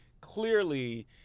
clearly –